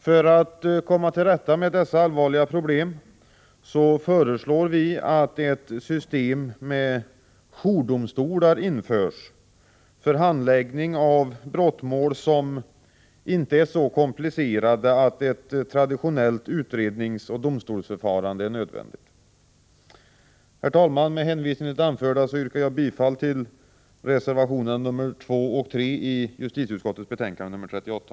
För att komma till rätta med dessa allvarliga problem föreslår vi att ett system med jourdomstolar införs för handläggning av brottmål som inte är så komplicerade att ett traditionellt utredningsoch domstolsförfarande är nödvändigt. Herr talman! Med hänvisning till det anförda yrkar jag bifall till reservationerna 2 och 3 i justitieutskottets betänkande 38.